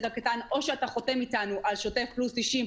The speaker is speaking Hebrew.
הקטן: או שאתה חותם איתנו על שוטף פלוס 60,